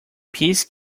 peace